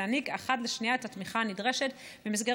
ולהעניק אחד לשנייה את התמיכה הנדרשת במסגרת